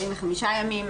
45 ימים,